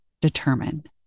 Determined